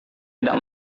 tidak